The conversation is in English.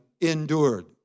endured